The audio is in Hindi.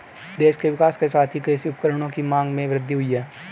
देश के विकास के साथ ही कृषि उपकरणों की मांग में वृद्धि हुयी है